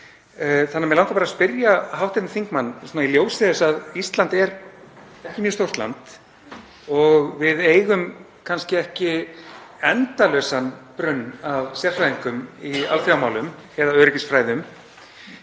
unnin. Mig langar bara að spyrja hv. þingmann í ljósi þess að Ísland er ekki mjög stórt land og við eigum kannski ekki endalausan brunn af sérfræðingum í alþjóðamálum eða öryggisfræðum: